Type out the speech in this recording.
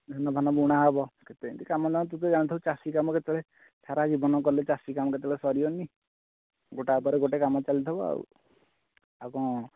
ଧାନ ଫାନ ବୁଣା ହେବ କେତେ ଏମିତି କାମଦାମ ତୁ ତ ଜାଣିଥିବୁ ଚାଷୀ କାମ କେତେ ସାରା ଜୀବନ କଲେ ଚାଷୀ କାମ କେତେବେଳେ ସରିବନି ଗୋଟାକ ପରେ ଗୋଟେ କାମ ଚାଲିଥିବ ଆଉ ଆଉ କ'ଣ